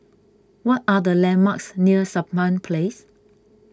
what are the landmarks near Sampan Place